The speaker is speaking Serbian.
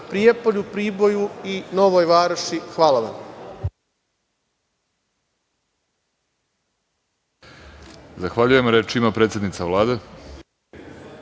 Prijepolju, Priboju i Novoj Varoši. Hvala vam.